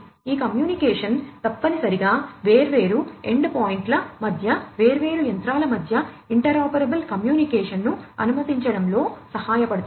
ఈ కమ్యూనికేషన్ తప్పనిసరిగా వేర్వేరు ఎండ్ పాయింట్ల మధ్య వేర్వేరు యంత్రాల మధ్య ఇంటర్ఆరోపబుల్ కమ్యూనికేషన్ను అనుమతించడంలో సహాయపడుతుంది